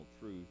truth